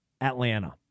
Atlanta